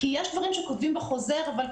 כי יש דברים שכותבים בחוזר אבל,